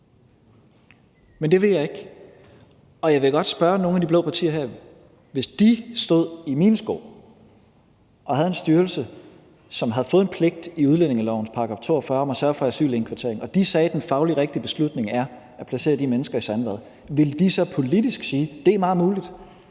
Men det vil jeg ikke, og jeg vil godt spørge nogle af de blå partier her om noget. Hvis de stod i mine sko og havde en styrelse, som havde fået en pligt i udlændingelovens § 42 om at sørge for asylindkvartering, og de sagde, at den fagligt rigtige beslutning er at placere de mennesker i Sandvad, ville de så politisk sige: Det er meget muligt,